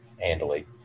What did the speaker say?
handily